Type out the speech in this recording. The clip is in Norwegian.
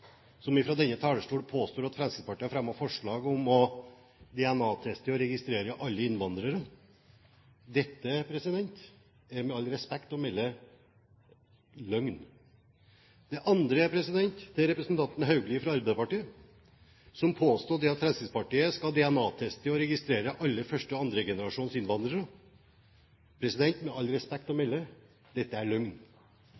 Høyre, som fra denne talerstolen påsto at Fremskrittspartiet har fremmet forslag om å DNA-teste og registrere alle opplysninger om innvandrere. Dette er, med respekt å melde, løgn. Den andre er representanten Haugli fra Arbeiderpartiet, som påsto at Fremskrittspartiet skal DNA-teste og registrere alle opplysninger om «første- og annengenerasjons innvandrere». Med respekt å